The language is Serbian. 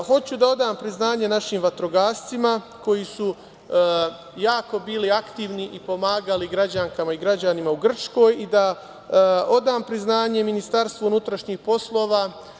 Hoću da odam priznanje našim vatrogascima koji su jako bili aktivni i pomagali građankama i građanima u Grčkoj i da odam priznanje Ministarstvu unutrašnjih poslova.